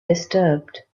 disturbed